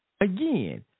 Again